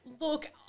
look